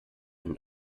und